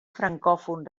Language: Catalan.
francòfon